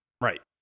Right